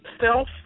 self